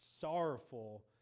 sorrowful